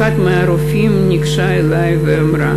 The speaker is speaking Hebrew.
אחת מהם ניגשה אלי ואמרה: